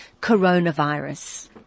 coronavirus